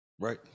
Right